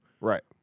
Right